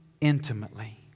intimately